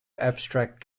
abstract